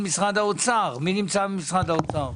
משרד האוצר,